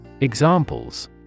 Examples